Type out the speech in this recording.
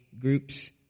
groups